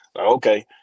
Okay